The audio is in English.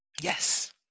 Yes